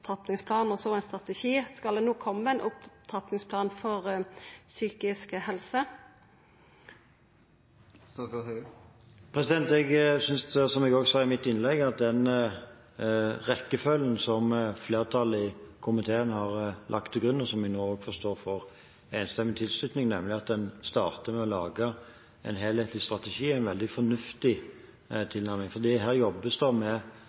og så ein strategi. Skal det no koma ein opptrappingsplan for psykisk helse? Jeg synes, som jeg også sa i mitt innlegg, at den rekkefølgen som flertallet i komiteen har lagt til grunn, og som vi nå forstår får enstemmig tilslutning, nemlig at en starter med å lage en helhetlig strategi, er en veldig fornuftig tilnærming. For her jobbes det med